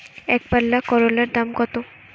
একপাল্লা করলার দাম কত?